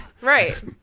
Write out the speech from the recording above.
Right